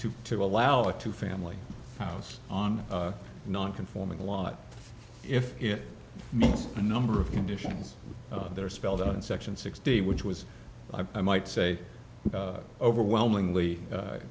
to to allow a two family house on non conforming lot if it means a number of conditions that are spelled out in section sixty which was i might say overwhelmingly